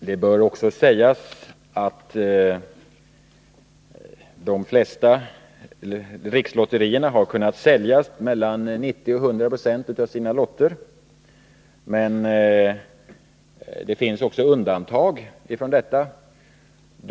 Det bör också sägas att rikslotterierna har kunnat sälja mellan 90 och 100 96 av sina lotter. Men det finns även undantag från detta.